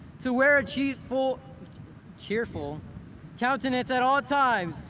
to wear a cheerful cheerful countenance at all times,